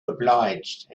obliged